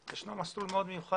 יש מסלול שמכונה